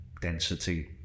density